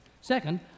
Second